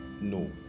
no